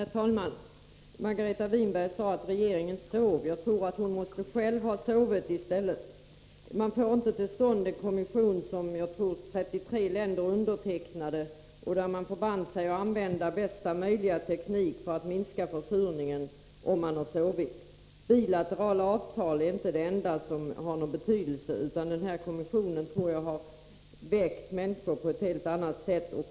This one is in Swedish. Herr talman! Margareta Winberg sade att regeringen sov. Jag tror i stället att hon själv måste ha sovit. Men man får inte genom att sova till stånd en konvention, som så småningom har blivit undertecknad av 33 länder och där dessa förbinder sig att använda bästa möjliga teknik för att minska försurningen. Bilaterala avtal är inte det enda som har betydelse. Jag tror att konventionen har väckt människor på ett helt annat sätt.